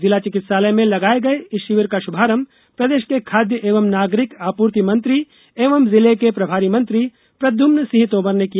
जिला चिकित्सालय में लगाए गए इस शिविर का शुभारंभ प्रदेश के खाद्य एवं नागरिक आपूर्ति मंत्री एवं जिले के प्रभारी मंत्री प्रद्यम्न सिंह तोमर ने किया